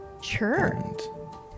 Sure